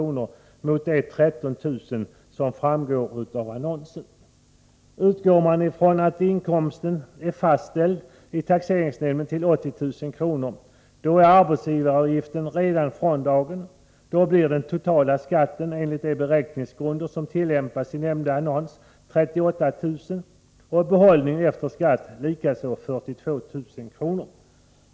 i stället för de 13 000 kr. som angivits i annonsen. Utgår man från att inkomsten är fastställd i taxeringsnämnden till 80000 kr., då är arbetsgivaravgiften redan fråndragen. Då blir den totala skatten enligt de beräkningsgrunder som tillämpats i nämnda annons 38000 kr. och behållningen efter skatt likaså 42 000 kr.